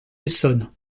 essonnes